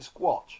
squatch